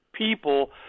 people